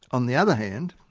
on the other hand,